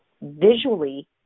visually